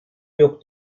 yok